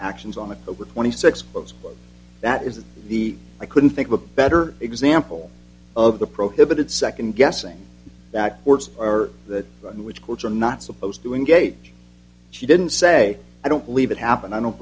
actions on the over twenty six books that is the i couldn't think of a better example of the prohibited second guessing that words are that in which courts are not supposed to engage she didn't say i don't believe it happened i don't